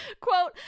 quote